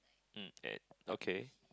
mm at okay